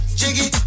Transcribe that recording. jiggy